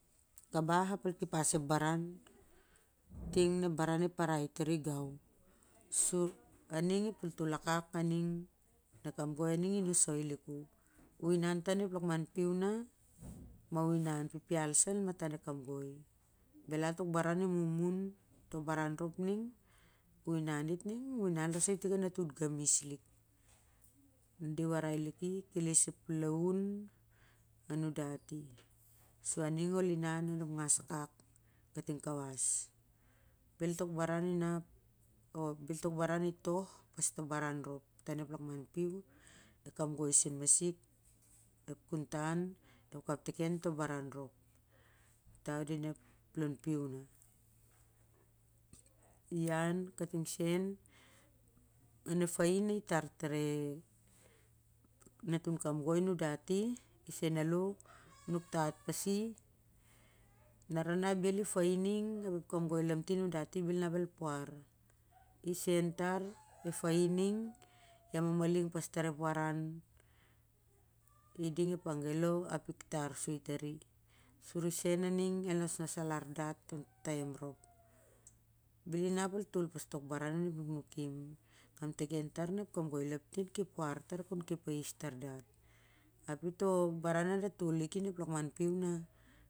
Kaboh ap ol kepas ep baran ting na ep baran i parai tan gau su a ning na ep toltol akak naning ep kamgoi i nossoi lik u. U inan ta on ep lakmau pui na ma u inan pipial sa au matau ep kamgoi belal toug barau i mumu to barau rop ning u inan it ning u inau it larsa iting a natun kamis lik na di warai lik ki keles ep lalauna nun dat i su ah ning ol inan onep ngas akak kating kawas bel tok barau inap, o bel tok baran i toh pass to barau rop ta onep lakman piu e kamgoi sem masik ep kuntan i kaptikau i to barau rop ta vin ep lou piu na ian kating sem onep fain na i tar tare natun kamgoi nun dati isem alo nuk tat posi lar na bel i ep fain ning ap ep kamgoi lamtin a nuudati belinap el puau isen tar ep fain ning ia mamaling pass tar ep warwar nuniding ep angelow itar soi tari sa isen a ning el nosnos alow dat on to taem rop bel inap el toi pas tokbaran onep nuknukim, kaptiken tar lar ep kamgoi lamtin ki puau tar kon kep ais tar dat ap ito baran na da toliki oni ep lukman piu na.